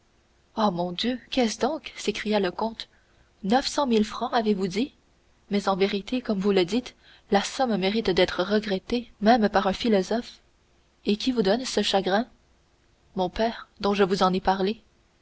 eh mon dieu qu'est-ce donc s'écria le comte neuf cent mille francs avez-vous dit mais en vérité comme vous le dites la somme mérite d'être regrettée même par un philosophe et qui vous donne ce chagrin mon père dont je vous ai parlé